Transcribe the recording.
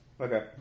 Okay